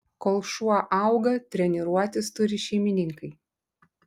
kol šuo auga treniruotis turi šeimininkai